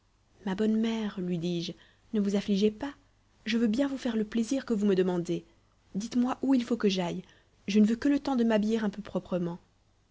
ma bonne mère lui dis-je ne vous affligez pas je veux bien vous faire le plaisir que vous me demandez dites-moi où il faut que j'aille je ne veux que le temps de m'habiller un peu proprement